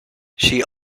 she